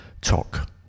talk